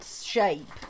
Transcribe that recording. shape